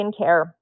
skincare